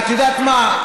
את יודעת מה?